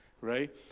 right